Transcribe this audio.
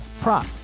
prop